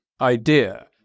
idea